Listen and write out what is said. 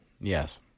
Yes